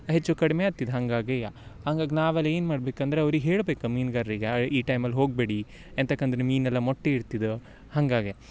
ಹೆಚ್ಚು ಕಡ್ಮೆ ಆತಿತು ಹಂಗಾಗೆಯ ಹಂಗಾಗಿ ನಾವೆಲ್ಲ ಏನು ಮಾಡ್ಬೇಕಂದರೆ ಅವ್ರಿಗೆ ಹೇಳ್ಬೇಕು ಮೀನ್ಗಾರಿಗೆ ಈ ಟೈಮಲ್ಲಿ ಹೋಗಬೇಡಿ ಎಂತಕಂದರೆ ಮೀನಲ್ಲ ಮೊಟ್ಟೆ ಇಡ್ತಿದೊ ಹಾಗಾಗೆ